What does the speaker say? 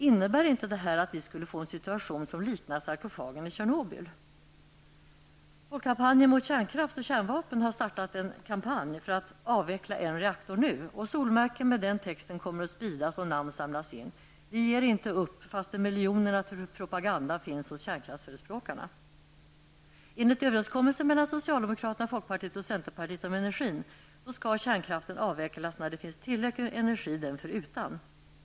Innebär inte detta att vi skulle få en situation som liknar sarkofagen i Tjernobyl? Folkkampanjen mot kärnkraft och kärnvapen har startat en kampanj för att ''Avveckla en reaktor nu!'' Solmärken med den texten kommer att spridas och namn samlas in. Vi ger inte upp, fastän miljonerna till propagandan finns hos kärnkraftsförespråkarna. Enligt överenskommelsen mellan socialdemokraterna, folkpartiet och centerpartiet om energin skall kärnkraften avvecklas när det finns tillräckligt med energi den förutan.